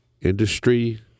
industry